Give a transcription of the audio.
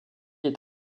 est